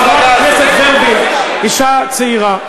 חברת הכנסת ורבין, את אישה צעירה.